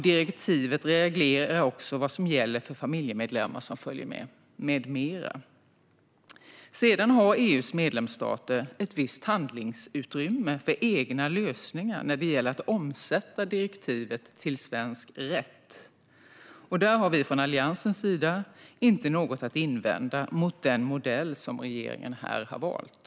Direktivet reglerar också vad som gäller för familjemedlemmar som följer med med mera. Sedan har EU:s medlemsstater ett visst handlingsutrymme för egna lösningar när det gäller att omsätta direktivet till nationell och i detta fall svensk rätt, och där har vi från Alliansens sida inte något att invända mot den modell som regeringen här har valt.